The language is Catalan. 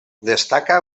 destaca